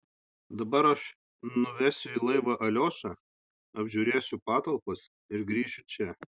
dabar aš nuvesiu į laivą aliošą apžiūrėsiu patalpas ir grįšiu čia